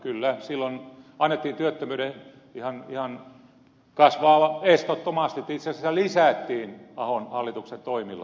kyllä silloin annettiin työttömyyden kasvaa ihan estottomasti itse asiassa lisättiin ahon hallituksen toimilla